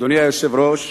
אדוני היושב-ראש,